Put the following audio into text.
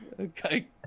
Okay